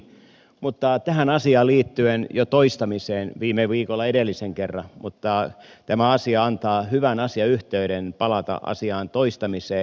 mutta tähän asiaan liittyen jo toistamiseen viime viikolla edellisen kerran mutta tämä asia antaa hyvän asiayhteyden palata asiaan toistamiseen